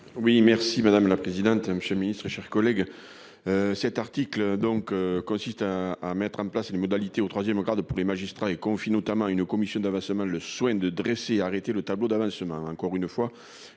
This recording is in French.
Oui merci madame la présidente, monsieur le ministre, chers collègues. Cet article donc consiste à à mettre en place les modalités au 3ème quart de pour les magistrats et confie notamment une commission la semaine le soin de dresser arrêter le tableau d'avancement.